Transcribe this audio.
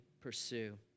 pursue